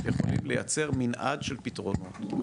יכולים לייצר מנעד של פתרונות.